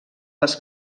les